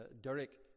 Derrick